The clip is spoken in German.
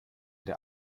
der